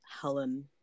Helen